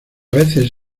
veces